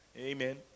Amen